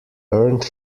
earned